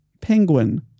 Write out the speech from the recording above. penguin